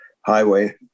highway